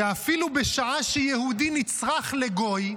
שאפילו בשעה שיהודי נצרך לגוי,